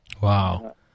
Wow